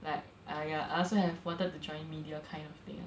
like !aiya! I also have wanted to join media kind of thing